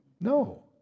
No